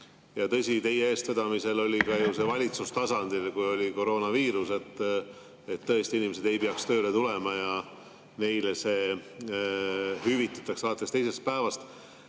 Tõsi, teie eestvedamisel oli see ka ju valitsustasandil, kui oli koroonaviirus, et tõesti inimesed ei peaks tööle tulema ja neile see hüvitatakse alates teisest päevast.